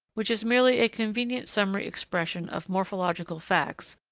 which is merely a convenient summary expression of morphological facts,